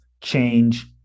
change